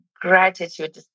Gratitude